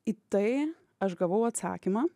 į tai aš gavau atsakymą